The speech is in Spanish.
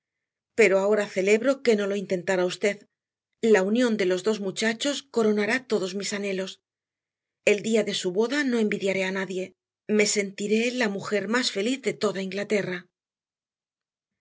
pero ahora celebro que no lo intentara usted la unión de los dos muchachos coronará todos mis anhelos el día de su boda no envidiaré a nadie me sentiré la mujer más feliz de toda inglaterra